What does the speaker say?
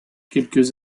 quelques